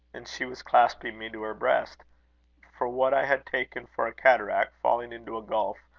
and she was clasping me to her breast for what i had taken for a cataract falling into a gulf,